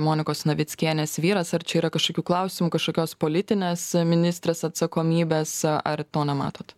monikos navickienės vyras ar čia yra kažkokių klausimų kažkokios politinės ministrės atsakomybės ar to nematot